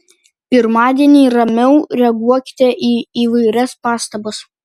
pirmadienį ramiau reaguokite į įvairias pastabas